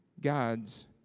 God's